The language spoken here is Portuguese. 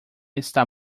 está